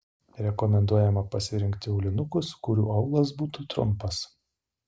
rekomenduojama pasirinkti aulinukus kurių aulas būtų trumpas